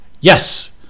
Yes